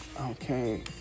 Okay